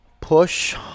push